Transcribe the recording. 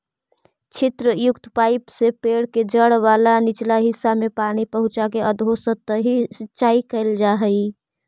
छिद्रयुक्त पाइप से पेड़ के जड़ वाला निचला हिस्सा में पानी पहुँचाके अधोसतही सिंचाई कैल जा हइ